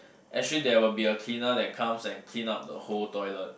actually there will be a cleaner that comes and clean up the whole toilet